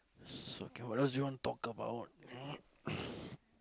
so okay what else do you want talk about